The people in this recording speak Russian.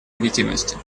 легитимности